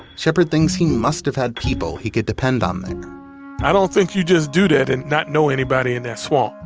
shepherd thinks he must have had people he could depend on i don't think you just do that and not know anybody in that swamp.